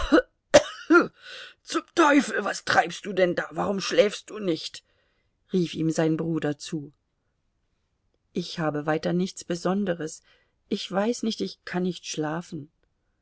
zum teufel was treibst du denn da warum schläfst du nicht rief ihm sein bruder zu ich habe weiter nichts besonderes ich weiß nicht ich kann nicht schlafen